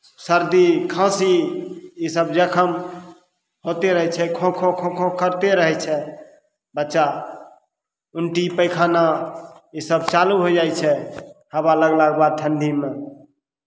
सर्दी खाँसी इसभ जखम होइते रहै छै खोँ खोँ खोँ खोँ करिते रहै छै बच्चा उलटी पैखाना इसभ चालू होय जाइ छै हवा लगलाके बाद ठण्ढीमे